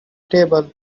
table